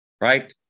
right